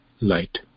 light